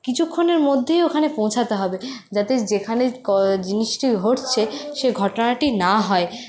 কিছুক্ষণের মধ্যেই ওখানে পৌঁছাতে হবে যাতে যেখানে জিনিসটি ঘটছে সে ঘটনাটি না হয়